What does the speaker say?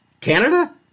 Canada